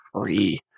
free